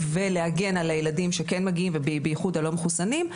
ולהגן על הילדים שכן מגיעים ובייחוד הלא מחוסנים,